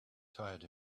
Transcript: tired